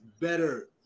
better